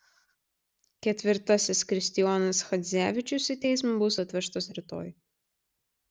ketvirtasis kristijonas chadzevičius į teismą bus atvežtas rytoj